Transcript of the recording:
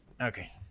Okay